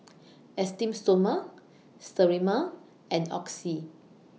Esteem Stoma Sterimar and Oxy